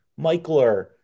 Michler